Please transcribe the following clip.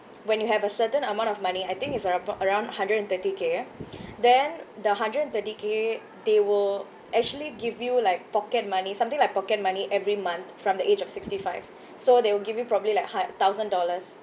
when you have a certain amount of money I think is abou~ around hundred and thirty K then the hundred and thirty K they will actually give you like pocket money something like pocket money every month from the age of sixty five so they will give you probably like hu~ thousand dollars